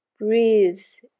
breathes